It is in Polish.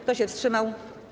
Kto się wstrzymał?